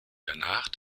danach